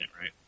right